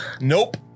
Nope